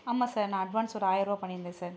ஆமாம் சார் நான் அட்வான்ஸ் ஒரு ஆயர்பா பண்ணியிருந்தேன் சார்